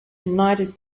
united